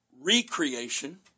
recreation